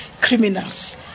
criminals